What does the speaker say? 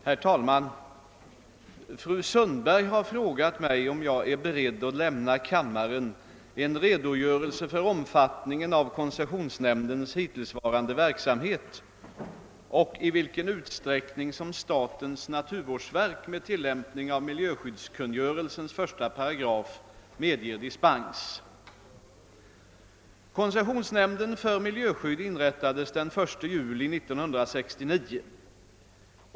Herr talman! Fru Sundberg har frågat mig, om jag är beredd att lämna kammaren en redogörelse för omfattningen av koncessionsnämndens hittillsvarande verksamhet och i vilken utsträckning som statens naturvårdsverk med tillämpning av miljöskyddskungörelsens första paragraf medger dispens. Koncessionsnämnden för miljöskydd inrättades den 1 juli 1969.